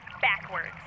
backwards